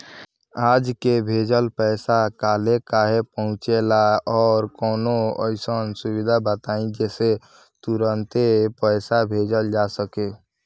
आज के भेजल पैसा कालहे काहे पहुचेला और कौनों अइसन सुविधा बताई जेसे तुरंते पैसा भेजल जा सके?